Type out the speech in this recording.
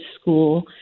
school